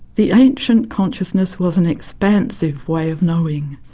the ancient consciousness was an expansive way of knowing.